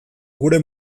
gure